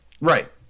right